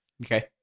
okay